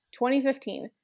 2015